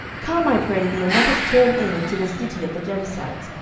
come, i pray thee, and let us turn in into this city of the jebusites,